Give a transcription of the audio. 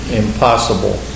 impossible